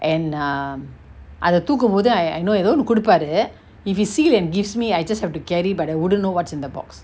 and um அத தூக்கு போது:atha thooku pothu I I know எதோ ஒன்னு குடுப்பாரு:etho onnu kuduparu if you see and he gives me I just have to carry but I wouldn't know what's in the box